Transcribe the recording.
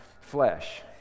flesh